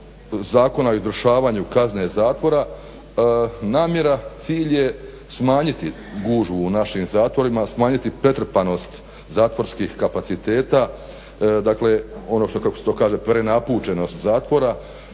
Zakona o izvršavanju kazne zatvora namjera, cilj je smanjiti gužvu u našim zatvorima, smanjiti pretrpanost zatvorskih kapaciteta, ono kako se to kaže prenapučenost zatvora.